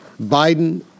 Biden